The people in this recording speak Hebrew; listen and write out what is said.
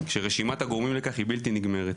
שרשימת הגורמים לכך היא בלתי נגמרת.